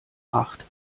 acht